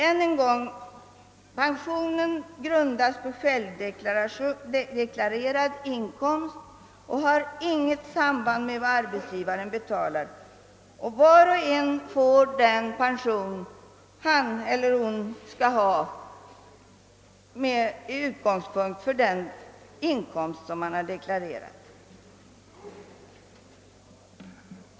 Än en gång, pensionen grundas på självdeklarerad inkomst och har inget samband med vad arbetsgivaren betalar, och var och en får den pension han eller hon skall ha med utgångspunkt från den deklarerade inkomsten.